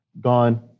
gone